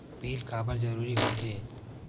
Bill काबर जरूरी होथे?